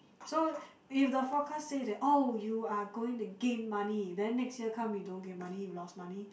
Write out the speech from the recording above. so if the forecast say that oh you are going to gain money then next year come you don't gain money you lost money